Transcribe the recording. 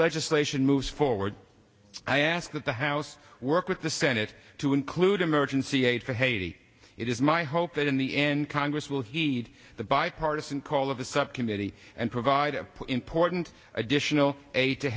legislation moves forward i ask that the house work with the senate to include emergency aid to haiti it is my hope that in the end congress will heed the bipartisan call of the subcommittee and provide of important additional aid to